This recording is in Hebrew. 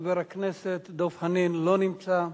חבר הכנסת דב חנין, לא נמצא,